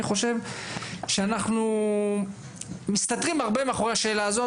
חושב שאנחנו מסתתרים הרבה מאחרי השאלה הזו,